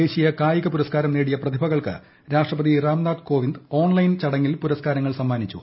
ദേശീയ കായിക പുരസ്ക്കാ്രം നേടിയ പ്രതിഭകൾക്ക് രാഷ്ട്രപതി രാംനാഥ് കോവിന്ദ് ഓൺലൈൻ ചടങ്ങിൽ പുരസ്കാരങ്ങൾ സമ്മാനിച്ചു